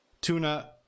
Tuna